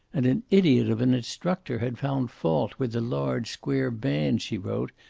and an idiot of an instructor had found fault with the large square band she wrote,